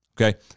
okay